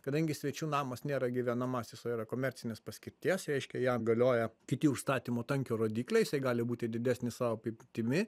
kadangi svečių namas nėra gyvenamasis o yra komercinės paskirties reiškia jam galioja kiti užstatymo tankio rodikliai jisai gali būti didesnis savo apimtimi